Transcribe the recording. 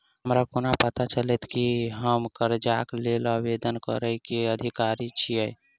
हमरा कोना पता चलतै की हम करजाक लेल आवेदन करै केँ अधिकारी छियै?